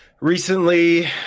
recently